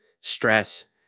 stress